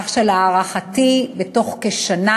כך שלהערכתי בתוך כשנה,